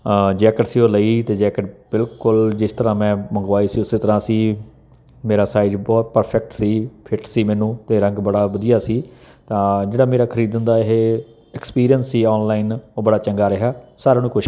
jacket ਸੀ ਉਹ ਲਈ ਅਤੇ ਜੈਕਟ ਬਿਲਕੁਲ ਜਿਸ ਤਰ੍ਹਾਂ ਮੈਂ ਮੰਗਵਾਈ ਸੀ ਉਸ ਤਰ੍ਹਾਂ ਸੀ ਮੇਰਾ ਸਾਈਜ਼ ਬਹੁਤ ਪਰਫੈਕਟ ਸੀ ਫਿਟ ਸੀ ਮੈਨੂੰ ਅਤੇ ਰੰਗ ਬੜਾ ਵਧੀਆ ਸੀ ਤਾਂ ਜਿਹੜਾ ਮੇਰਾ ਖਰੀਦਣ ਦਾ ਇਹ ਐਕਸਪੀਰੀਅਂਸ ਸੀ ਆਨਲਾਈਨ ਉਹ ਬੜਾ ਚੰਗਾ ਰਿਹਾ ਸਾਰਿਆਂ ਨੂੰ ਕੁਛ